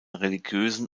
religiösen